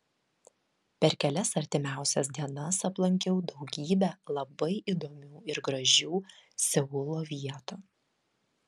per kelias artimiausias dienas aplankiau daugybę labai įdomių ir gražių seulo vietų